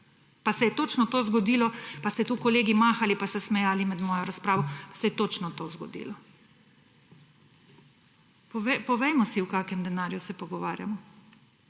Pa se je točno to zgodilo, pa ste tukaj kolegi mahali pa se smejali med mojo razpravo, se je točno to zgodilo. Povejmo si, o kakšnem denarju se pogovarjamo.